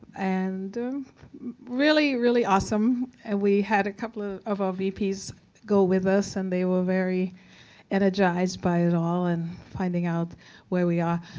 and really, really awesome. and we had a couple of of ovps go with us and they were energized by it all and finding out where we are.